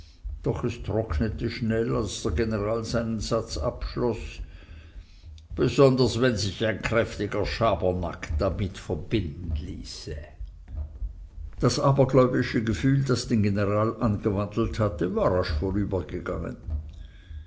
doch es trocknete schnell als der general seinen satz abschloß besonders wenn sich ein kräftiger schabernack damit verbinden ließe das abergläubische gefühl das den general angewandelt hatte war rasch vorübergegangen